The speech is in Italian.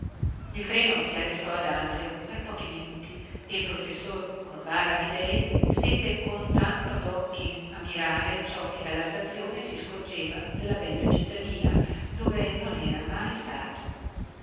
il treno si arrestò ad anzio per pochi minuti e il professor corvara amidei stette con tanto docchi a mirare ciò che dalla stazione si scorgeva della bella cittadina dove non era mai stato